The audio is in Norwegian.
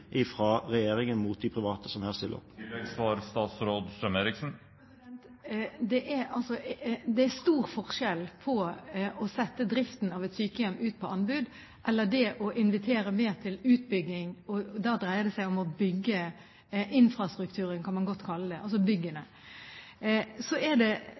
mot de private som her stiller opp? Det er stor forskjell på å sette driften av et sykehjem ut på anbud og å invitere til å være med på utbygging. Da dreier det seg om å bygge infrastrukturen, kan man godt kalle det, altså byggene. Så er det